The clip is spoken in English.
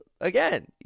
again